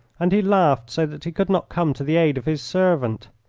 and he laughed so that he could not come to the aid of his servant.